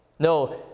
No